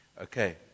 Okay